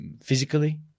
physically